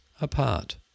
apart